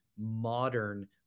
modern